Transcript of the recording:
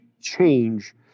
change